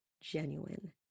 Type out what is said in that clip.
genuine